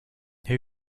who